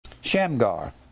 Shamgar